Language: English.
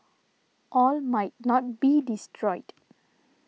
all might not be destroyed